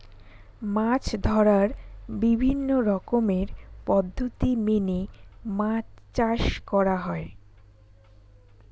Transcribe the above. মাছ ধরার বিভিন্ন রকমের পদ্ধতি মেনে মাছ চাষ করা হয়